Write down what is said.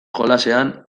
jolasean